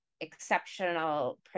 exceptional